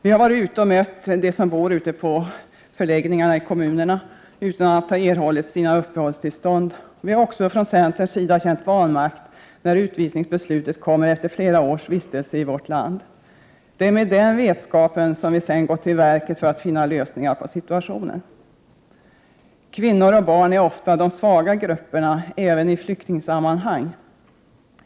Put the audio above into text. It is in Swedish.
Vi har varit ute och mött dem som bor på förläggningarna i kommunerna utan att ha erhållit sina uppehållstillstånd, och vi har också från centerns sida känt vanmakt när utvisningsbeslutet kommer efter flera års vistelse i vårt land. Det är med den vetskapen som vi sedan gått till verket för att finna lösningar på situationen. Kvinnor och barn är ofta de svaga grupperna även i flyktingsammanhang.